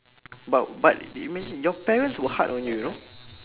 but but you mean your parents were hard on you no